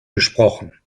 gesprochen